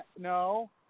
no